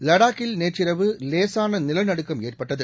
லடாக்கில் நேற்றிரவு லேசானநிலநடுக்கம் ஏற்பட்டது